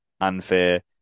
unfair